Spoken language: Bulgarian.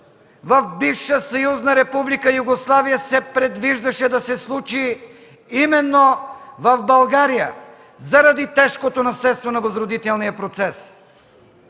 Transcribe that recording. в бивша Съюзна република Югославия, предвиждаше се да се случи именно в България заради тежкото наследство на възродителния процес.